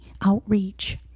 Outreach